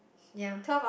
ya